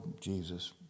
Jesus